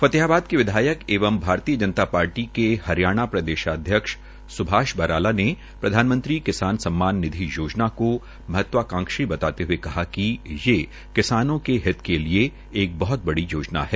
फतेहाबाद के विधायक एवं भारतीय जनता पार्टी के हरियाणा प्रदेशाध्यक्ष स्भाष बराला ने प्रधानमंत्री किसान सम्मान निधि योजा को महत्वाकांशी बताते हये कहा कि ये किसानों के हित के लिये एक बहत बड़ी योजना है